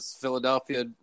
Philadelphia